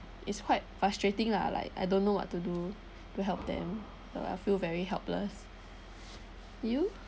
it's quite frustrating lah like I don't know what to do to help them I feel very helpless you